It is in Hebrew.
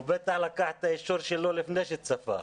הוא בטח לקח את האישור שלו לפני שצפה...